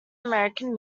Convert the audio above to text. american